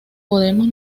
podemos